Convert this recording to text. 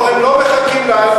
לא, הם לא מחכים לערעור.